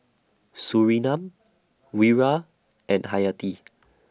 Surinam Wira and Hayati